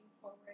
forward